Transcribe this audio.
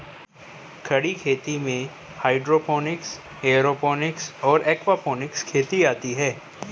खड़ी खेती में हाइड्रोपोनिक्स, एयरोपोनिक्स और एक्वापोनिक्स खेती आती हैं